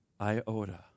iota